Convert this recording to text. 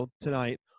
tonight